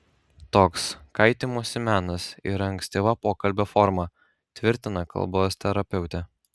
toks kaitymosi menas yra ankstyva pokalbio forma tvirtina kalbos terapeutė